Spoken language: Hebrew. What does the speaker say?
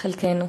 חלקנו.